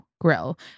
grill